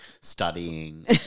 studying